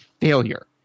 failure